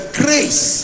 grace